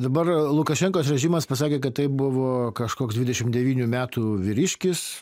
dabar lukašenkos režimas pasakė kad tai buvo kažkoks dvidešimt devynių metų vyriškis